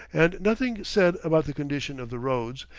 and nothing said about the condition of the roads,